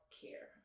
care